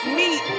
meet